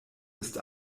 ist